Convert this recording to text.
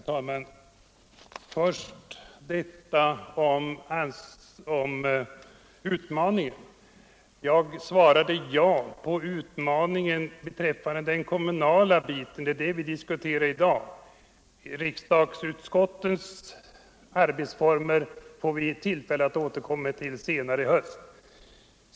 Herr talman! Först detta om utmaningen. Jag svarade ja på utmaningen beträffande den kommunala biten, och det är det vi diskuterar i dag. Riksdagsutskottens arbetsformer får vi tillfälle att återkomma till senare i höst.